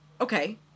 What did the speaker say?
Okay